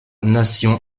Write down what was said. nation